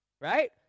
Right